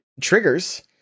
triggers